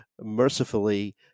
mercifully